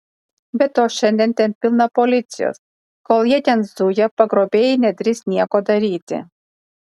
be to šiandien ten pilna policijos kol jie ten zuja pagrobėjai nedrįs nieko daryti